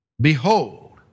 Behold